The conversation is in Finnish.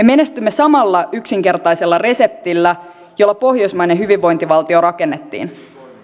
menestymme samalla yksinkertaisella reseptillä jolla pohjoismainen hyvinvointivaltio rakennettiin